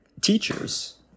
teachers